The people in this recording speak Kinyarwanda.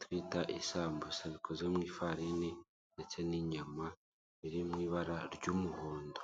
twita isambusa bikoze mw'ifarini ndetse n'inyama bìri mw'ibara ry'umuhondo.